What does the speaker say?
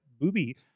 booby